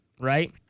right